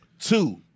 two